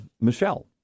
Michelle